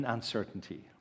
Uncertainty